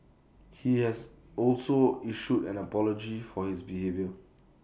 he has also issued an apology for his behaviour